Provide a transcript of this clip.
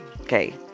okay